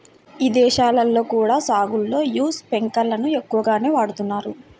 ఇదేశాల్లో కూడా సాగులో యీ స్పింకర్లను ఎక్కువగానే వాడతన్నారు